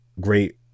great